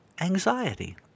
anxiety